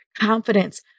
confidence